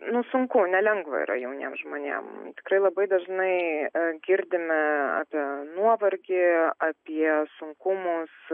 nu sunku nelengva yra jauniem žmonėm tikrai labai dažnai girdime apie nuovargį apie sunkumus